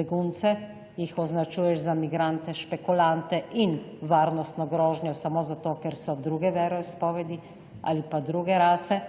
begunce, jih označuješ za migrante-špekulante in varnostno grožnjo samo zato, ker so druge veroizpovedi ali pa druge rase,